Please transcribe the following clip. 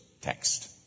text